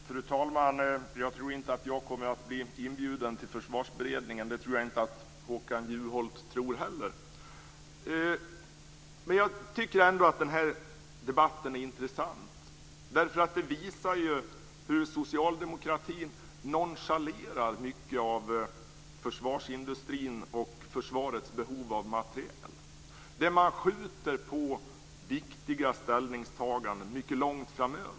Fru talman! Jag tror inte att jag kommer att bli inbjuden till Försvarsberedningen. Det tror nog inte Håkan Juholt heller. Debatten är intressant, därför att den visar hur socialdemokratin nonchalerar mycket av försvarsindustrin och försvarets behov av materiel. Man skjuter på viktiga ställningstaganden mycket långt framåt.